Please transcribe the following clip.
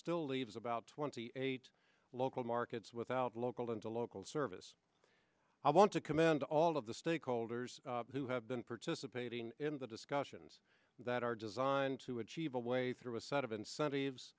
still leaves about twenty eight local markets without local into local service i want to commend all of the stakeholders who have been participating in the discussions that are designed to achieve a way through a set of incentives